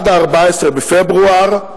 עד 14 בפברואר,